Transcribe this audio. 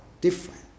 different